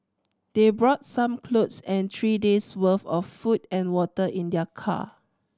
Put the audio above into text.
they brought some clothes and three days' worth of food and water in their car